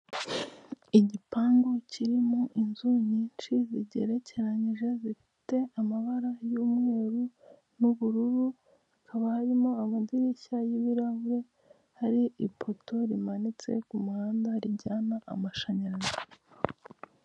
Igipangu kirimo inzu nyinshi zigerekeranyije zifite amabara y'umweru n'ubururu hakaba harimo amadirishya y'ibirahure hari ipoto rimanitse kumuhanda rijyana amashanyarazi .